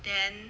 then